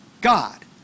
God